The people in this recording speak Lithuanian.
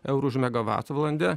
eurų už megavatvalandę